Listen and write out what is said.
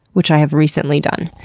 which i have recently done.